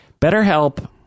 BetterHelp